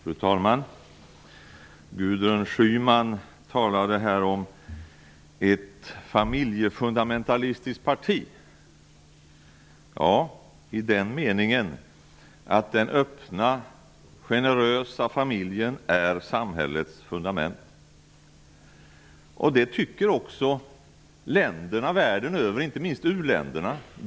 Fru talman! Gudrun Schyman talade här om ett familjefundamentalistiskt parti. Ja, det stämmer i den meningen att den öppna generösa familjen är samhällets fundament. Det tycker också länderna världen över och inte minst u-länderna.